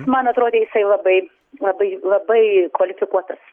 man atrodė jisai labai labai labai kvalifikuotas